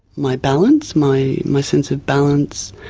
my balance, my my sense of balance,